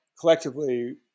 collectively